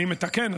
אני מתקן,